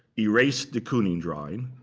erased de kooning drawing,